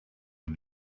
did